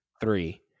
Three